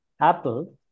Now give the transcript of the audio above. Apple